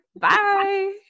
bye